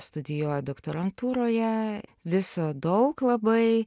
studijuoju doktorantūroje viso daug labai